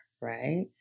right